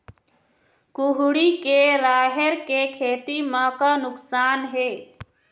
कुहड़ी के राहेर के खेती म का नुकसान हे?